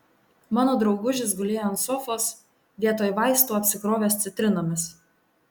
mano draugužis gulėjo ant sofos vietoj vaistų apsikrovęs citrinomis